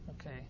okay